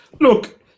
look